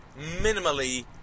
minimally